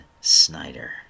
Snyder